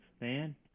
man